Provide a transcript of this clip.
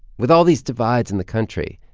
with all these divides in the country,